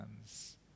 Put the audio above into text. hands